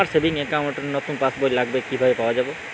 আমার savings account র নতুন পাসবই লাগবে কিভাবে পাওয়া যাবে?